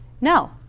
No